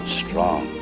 strong